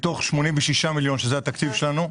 מתוך 86 מיליון שקלים שזה התקציב שלנו.